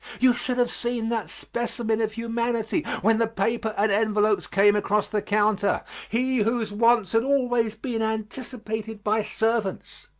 you should have seen that specimen of humanity when the paper and envelopes came across the counter he whose wants had always been anticipated by servants.